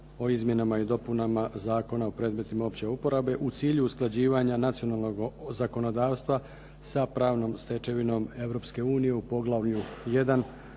o izmjenama i dopunama Zakona o predmetima opće uporabe u cilju usklađivanja nacionalnog zakonodavstva sa pravnom stečevinom Europske unije u